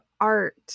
art